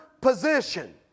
position